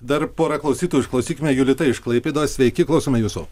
dar pora klausytojų išklausykime julita iš klaipėdos sveiki klausome jūsų